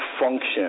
function